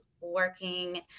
working